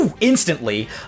instantly